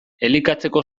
elikatzeko